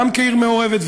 גם עיר מעורבת,